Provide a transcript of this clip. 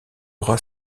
aura